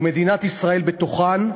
ומדינת ישראל בתוכן,